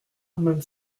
même